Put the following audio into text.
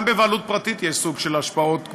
גם בבעלות פרטית יש סוג של השפעות,